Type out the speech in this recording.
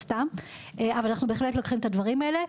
אנחנו בהחלט לוקחים את הדברים האלו.